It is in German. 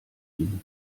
ihm